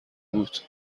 بود